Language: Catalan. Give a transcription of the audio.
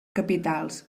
capitals